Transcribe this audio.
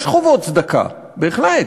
יש חובות צדקה, בהחלט,